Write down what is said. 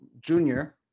Junior